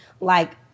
like-